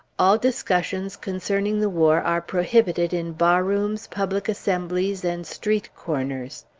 all discussions concerning the war are prohibited in bar-rooms, public assemblies, and street corners.